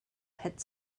hit